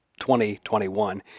2021